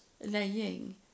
laying